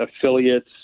affiliates